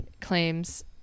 claims